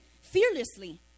Fearlessly